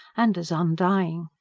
and as undying?